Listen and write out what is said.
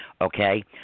okay